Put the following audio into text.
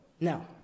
Now